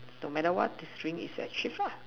no matter what the string is achieve ah